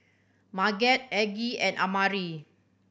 Marget Aggie and Amari